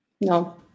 No